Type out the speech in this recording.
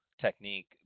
technique